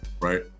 Right